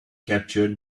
capture